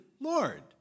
Lord